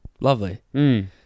Lovely